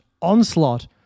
onslaught